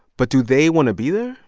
but do they want to be there?